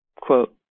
quote